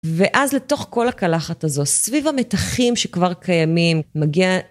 ואז לתוך כל הקלחת הזו, סביב המתחים שכבר קיימים, מגיע...